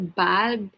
bad